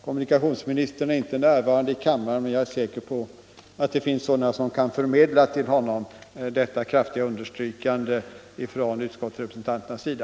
Kommunikationsministern är inte närvarande i kammaren, men jag är säker på att det finns personer som till honom kan förmedla detta kraftiga understrykande från utskottsrepresentanternas sida.